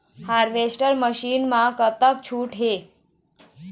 Harvester machine मा कतका छूट हे?